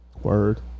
word